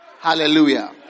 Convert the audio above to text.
Hallelujah